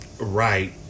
Right